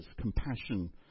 compassion